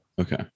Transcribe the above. Okay